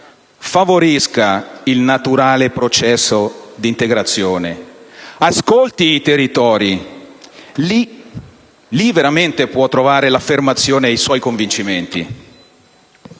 favorisca il naturale processo di integrazione, ascolti i territori: lì veramente può trovare l'affermazione dei suoi convincimenti.